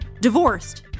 Divorced